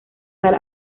tal